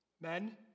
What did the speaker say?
Men